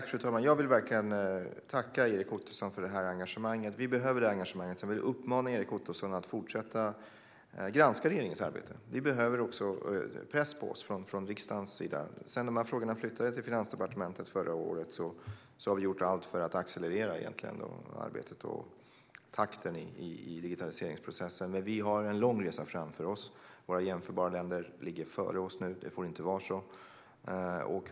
Fru talman! Jag vill verkligen tacka Erik Ottoson för engagemanget. Vi behöver det engagemanget. Jag vill uppmana Erik Ottoson att fortsätta att granska regeringens arbete. Vi behöver också press på oss från riksdagens sida. Sedan dessa frågor flyttade till Finansdepartementet förra året har vi gjort allt för att accelerera arbetet och takten i digitaliseringsprocessen. Vi har en lång resa framför oss. Våra jämförbara länder ligger nu före oss. Det får inte vara så.